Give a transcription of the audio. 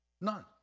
None